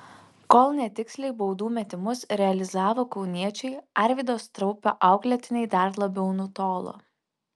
kol netiksliai baudų metimus realizavo kauniečiai arvydo straupio auklėtiniai dar labiau nutolo